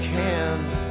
hands